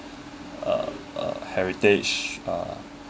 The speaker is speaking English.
uh uh heritage uh